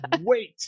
wait